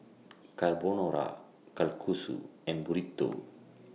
Carbonara Kalguksu and Burrito